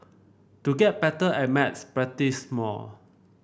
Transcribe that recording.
to get better at maths practise more